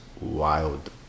wild